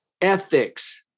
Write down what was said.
ethics